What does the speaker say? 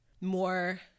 more